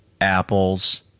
apples